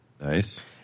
Nice